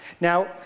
Now